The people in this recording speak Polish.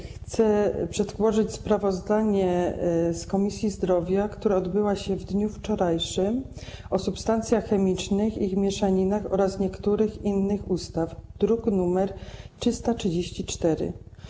Chcę przedłożyć sprawozdanie z posiedzenia Komisji Zdrowia, które odbyło się w dniu wczorajszym, o substancjach chemicznych i ich mieszaninach oraz niektórych innych ustaw, druk nr 334.